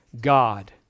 God